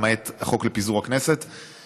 למעט החוק לפיזור הכנסת,